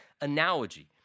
analogy